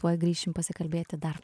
tuoj grįšim pasikalbėti dar